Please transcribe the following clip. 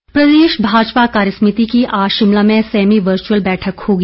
मख्यमंत्री प्रदेश भाजपा कार्यसमिति की आज शिमला में सेमी वर्चुअल बैठक होगी